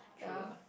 true ah